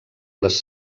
les